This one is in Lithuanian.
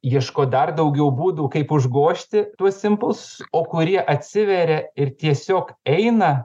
ieško dar daugiau būdų kaip užgožti tuos impulsus o kurie atsiveria ir tiesiog eina